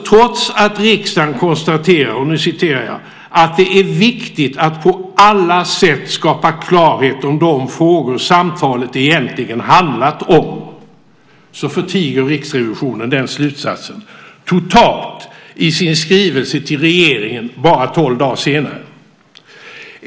Trots att Riksrevisionen konstaterade "att det är viktigt att på alla sätt skapa klarhet om de frågor samtalet egentligen handlat om" förtiger Riksrevisionen den slutsatsen totalt i sin skrivelse till regeringen bara tolv dagar senare.